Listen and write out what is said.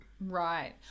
right